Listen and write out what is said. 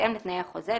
בהתאם לתנאי החוזה,